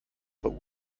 bei